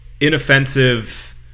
inoffensive